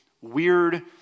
weird